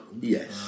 Yes